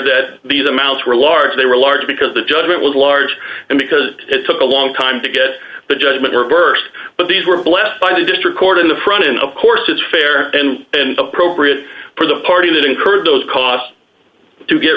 that these amounts were large they were large because the judgment was large and because it took a long time to get the judgment reversed but these were blessed by the district court in the front and of course it's fair and appropriate for the party that incurred those costs to get